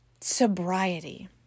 Sobriety